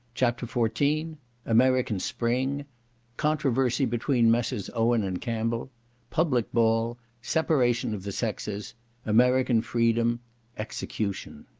chapter fourteen american spring controversy between messrs. owen and cambell public ball separation of the sexes american freedom execution